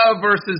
versus